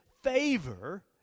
favor